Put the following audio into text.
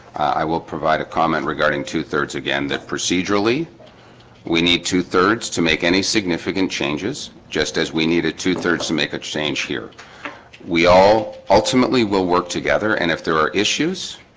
i will provide a comment regarding two-thirds again that procedurally we need two three to make any significant changes just as we need a two-thirds to make a change here we all ultimately will work together and if there are issues,